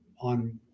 on